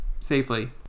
safely